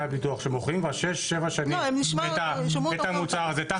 הביטוח שמוכרים כבר שש-שבע שנים את המוצר הזה.